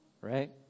right